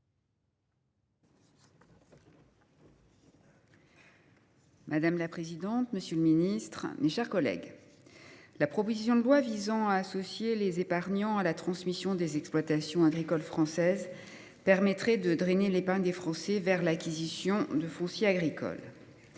Madame la présidente, monsieur le ministre, mes chers collègues, la proposition de loi visant à associer les épargnants à la transmission des exploitations agricoles françaises permettrait de drainer l’épargne des Français vers l’acquisition de foncier agricole.